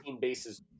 bases